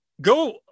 go